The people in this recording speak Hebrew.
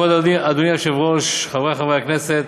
כבוד אדוני היושב-ראש, חברי חברי הכנסת,